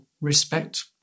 respect